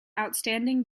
outstanding